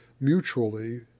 mutually